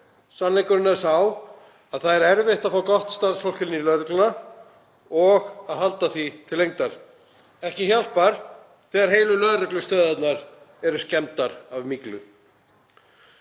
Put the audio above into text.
Sannleikurinn er sá að það er erfitt að fá gott starfsfólk í lögregluna og halda því til lengdar. Ekki hjálpar þegar heilu lögreglustöðvarnar eru skemmdar af myglu.